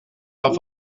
pas